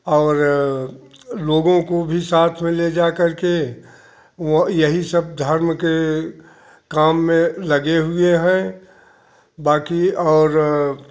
और लोगों को भी साथ में ले जा करके वों यही सब धर्म के काम लगे हुए हैं बाकी और